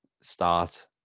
start